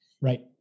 right